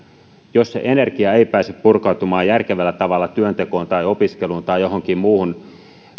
jos se energia ei pääse purkautumaan järkevällä tavalla työntekoon tai opiskeluun tai johonkin muuhun